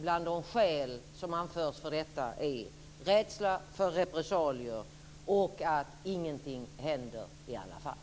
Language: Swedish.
Bland de skäl som anförs för detta är rädsla för repressalier och att ingenting händer i alla fall.